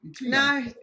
No